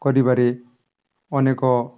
କରିବାରେ ଅନେକ